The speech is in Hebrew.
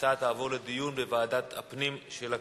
ההצעה תעבור לדיון לוועדת הפנים של הכנסת.